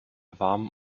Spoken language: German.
warm